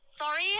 Sorry